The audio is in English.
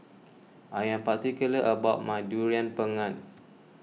I am particular about my Durian Pengat